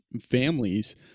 families